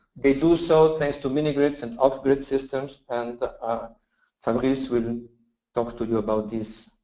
they do so thanks to mini-grid and off-grid systems, and ah fabrice will talk to you about this